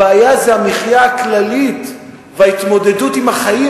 הבעיה היא המחיה הכללית וההתמודדות עם החיים